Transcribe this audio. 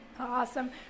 Awesome